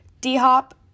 D-Hop